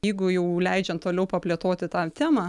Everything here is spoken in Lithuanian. jeigu jau leidžiant toliau paplėtoti tą temą